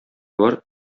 бар